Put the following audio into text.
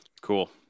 cool